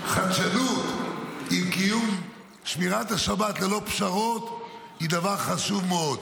שחדשנות עם קיום שמירת השבת ללא פשרות היא דבר חשוב מאוד,